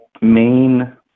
main